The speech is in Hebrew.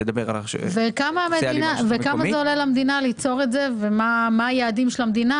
כמה עולה למדינה ליצור את זה ומה היעדים של המדינה,